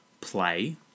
play